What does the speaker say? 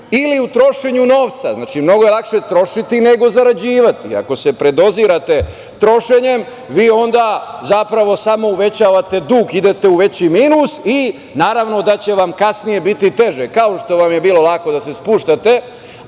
Ili u trošenju novca, znači, mnogo je lakše trošiti nego zarađivati. Ako se predozirate trošenjem, vi onda zapravo samo uvećavate dug, idete u veći minus i naravno da će vam kasnije biti teže. Kao što vam je bilo lako da se spuštate,